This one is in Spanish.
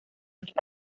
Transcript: los